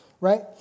right